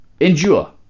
endure